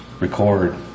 record